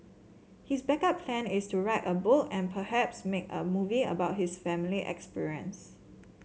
his backup plan is to write a book and perhaps make a movie about his family experience